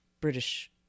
British